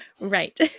Right